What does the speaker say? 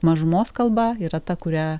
mažumos kalba yra ta kurią